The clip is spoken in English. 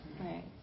right